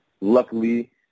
luckily